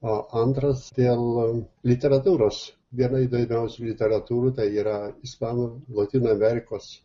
o antras dėl literatūros viena įdomiausių literatūrų tai yra ispanų lotynų amerikos